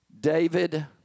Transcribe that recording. David